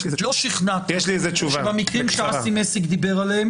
לא שכנעתם שבמקרים שאסי מסינג דיבר עליהם